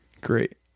Great